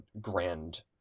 grand